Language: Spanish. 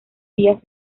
vías